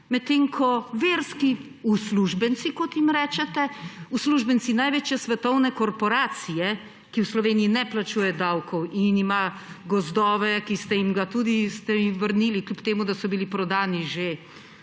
medtem ko verski uslužbenci, kot jim rečete, uslužbenci največje svetovne korporacije, ki v Sloveniji ne plačuje davkov in ima gozdove, ki ste jim jih tudi vrnili, kljub temu da so bili prodani že